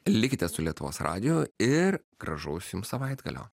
likite su lietuvos radiju ir gražaus jums savaitgalio